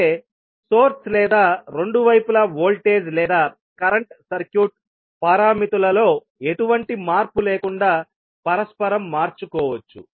అంటే సోర్స్ లేదా రెండు వైపులా వోల్టేజ్ లేదా కరెంట్ సర్క్యూట్ పారామితులలో ఎటువంటి మార్పు లేకుండా పరస్పరం మార్చుకోవచ్చు